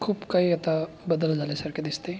खूप काही आता बदल झाल्यासारखे दिसते